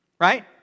right